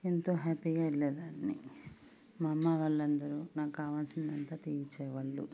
ఎంతో హ్యాపీగా వెళ్లేదాన్ని మా అమ్మ వాళ్ళందరూ నాక్కావాల్సినదంత తీయించేవాళ్ళు